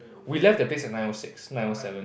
we left the place at nine O six nine O seven